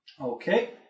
Okay